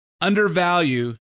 undervalue